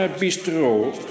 bistro